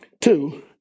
Two